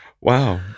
Wow